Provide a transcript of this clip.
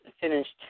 finished